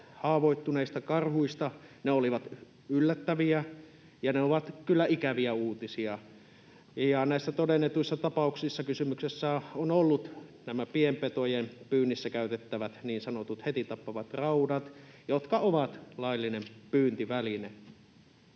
haavoittuneista karhuista olivat yllättäviä, ja ne ovat kyllä ikäviä uutisia. Näissä todennetuissa tapauksissa kysymyksessä ovat olleet nämä pienpetojen pyynnissä käytettävät niin sanotut heti tappavat raudat, jotka ovat laillinen pyyntiväline.